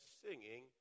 singing